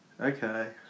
Okay